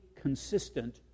consistent